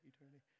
eternity